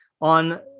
on